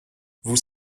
vous